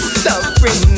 suffering